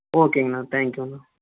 ஓகேங்கண்ணா thank you